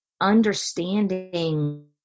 understanding